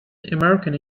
american